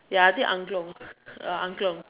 ya I think angklung uh angklung